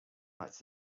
lights